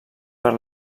per